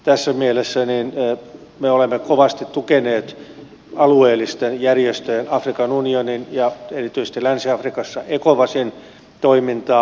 tässä mielessä me olemme kovasti tukeneet alueellisten järjestöjen afrikan unionin ja erityisesti länsi afrikassa ecowasin toimintaa